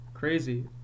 Crazy